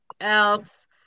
else